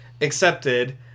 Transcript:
accepted